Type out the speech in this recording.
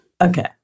Okay